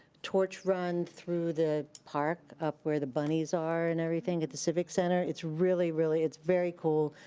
torch run through the park up where the bunnies are and everything at the civic center, it's really, really, it's very cool,